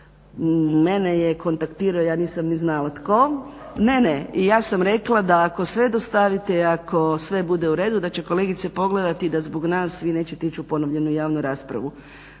Mene je kontaktirao, ja nisam ni znala tko. Ne, ne. Ja sam rekla da ako sve dostavite i ako sve bude u redu da će kolegice pogledati i da zbog nas vi nećete ići u ponovljenu javnu raspravu.